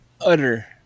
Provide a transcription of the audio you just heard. utter